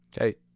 Okay